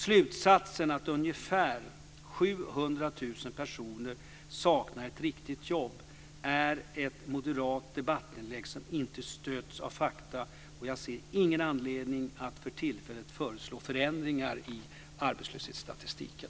Slutsatsen att ungefär 700 000 personer saknar ett riktigt jobb är ett moderat debattinlägg som inte stöds av fakta, och jag ser ingen anledning att för tillfället föreslå förändringar i arbetslöshetsstatistiken.